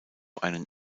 einen